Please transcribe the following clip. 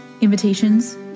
invitations